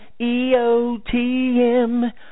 EOTM